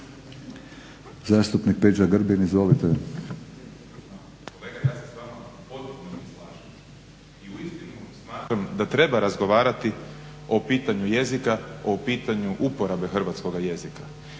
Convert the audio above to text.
Zastupnik Peđa Grbin, izvolite.